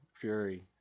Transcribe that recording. Fury